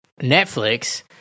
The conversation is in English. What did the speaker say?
Netflix